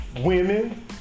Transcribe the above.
women